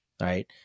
right